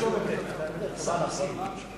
אדוני היושב-ראש,